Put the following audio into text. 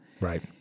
Right